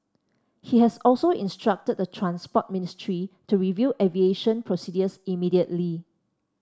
he has also instructed the Transport Ministry to review aviation procedures immediately